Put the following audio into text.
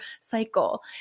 cycle